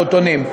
פעוטונים.